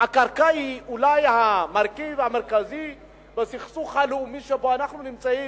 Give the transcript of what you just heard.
הקרקע היא אולי המרכיב המרכזי בסכסוך הלאומי שבו אנחנו נמצאים.